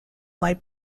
light